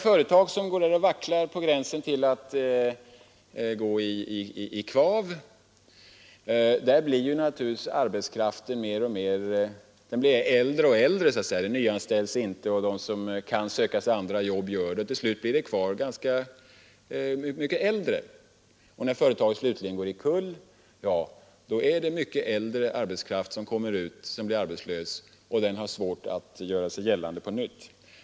I företag som vacklar på gränsen till att gå i kvav blir 4 juni 1973 arbetskraften äldre och äldre — det nyanställs inte, de som kan skaffa sig -— nya jobb gör det, och när företaget slutligen går omkull är det mest äldre arbetskraft kvar. Dessa äldre människor blir då arbetslösa och har svårt att göra sig gällande på nytt.